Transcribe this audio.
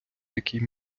який